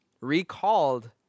recalled